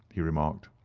he remarked.